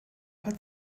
hat